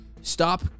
Stop